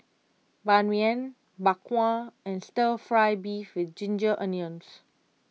Ban Mian Bak Kwa and Stir Fry Beef with Ginger Onions